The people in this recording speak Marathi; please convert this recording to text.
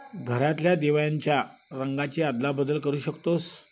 घरातल्या दिव्यांच्या रंगाची अदलाबदल करू शकतोस